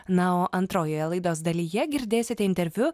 na o antrojoje laidos dalyje girdėsite interviu